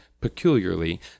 peculiarly